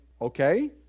Okay